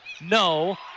no